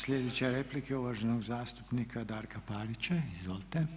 Sljedeća replika je uvaženog zastupnika Darka Parića, izvolite.